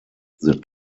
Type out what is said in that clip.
that